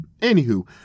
Anywho